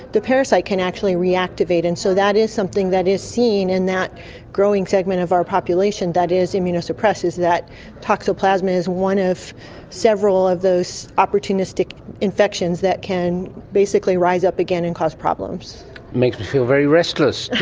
the parasite can actually reactivate, and so that is something that is seen in that growing segment of our population that is immunosupressed, is that toxoplasma is one of several of those opportunistic infections that can basically rise up again and cause problems. it makes me feel very restless.